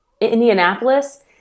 Indianapolis